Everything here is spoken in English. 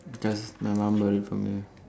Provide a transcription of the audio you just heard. because my mum bought it for me